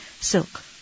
silk